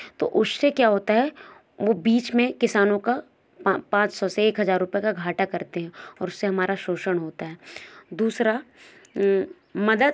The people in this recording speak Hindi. तो उससे क्या होता है वो बीच में किसानों का पा पाँच सौ से एक हज़ार रुपए का घाटा करते हैं और उससे हमारा शोषन होता है दूसरा मदद